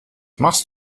machst